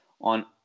on